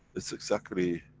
it's exactly,